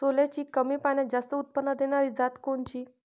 सोल्याची कमी पान्यात जास्त उत्पन्न देनारी जात कोनची?